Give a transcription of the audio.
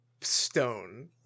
stone